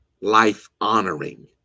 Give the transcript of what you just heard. life-honoring